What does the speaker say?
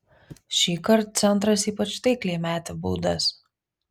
šįkart centras ypač taikliai metė baudas